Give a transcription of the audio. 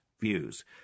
views